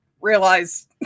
realize